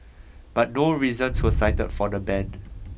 but no reasons were cited for the ban